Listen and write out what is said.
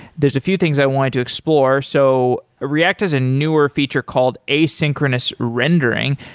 there's a few things i wanted to explore, so react has a newer feature called asynchronous rendering.